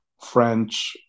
French